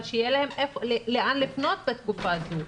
אבל שיהיה להם לאן לפנות בתקופה הזו.